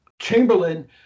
Chamberlain